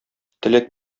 теләк